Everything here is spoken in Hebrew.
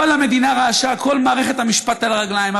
כל המדינה רעשה, על מערכת המשפט על הרגליים.